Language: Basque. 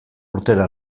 urtera